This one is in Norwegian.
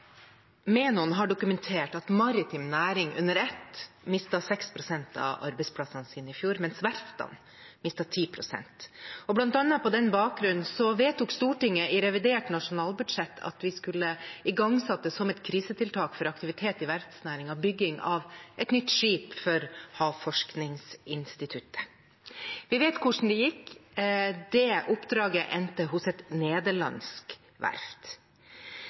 Menon har dokumentert at maritim næring under ett mistet 6 pst. av arbeidsplassene sine i fjor, mens verftene mistet 10 pst. Blant annet på den bakgrunn vedtok Stortinget i forbindelse med revidert nasjonalbudsjett at vi skulle igangsette som et krisetiltak for aktivitet i verftsnæringen bygging av et nytt skip for Havforskningsinstituttet. Vi vet hvordan det gikk. Det oppdraget endte hos et nederlandsk verft.